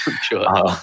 Sure